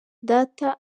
data